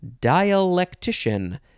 dialectician